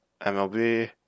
MLB